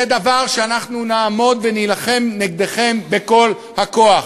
זה דבר שאנחנו נעמוד ונילחם בו נגדכם בכל הכוח,